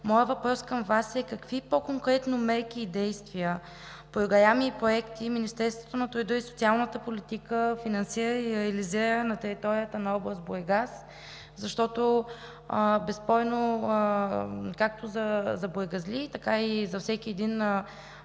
моят въпрос към Вас е: какви по-конкретно мерки и действия, програми и проекти Министерството на труда и социалната политика финансира и реализира на територията на област Бургас? Защото безспорно както за бургазлии, така и за всеки един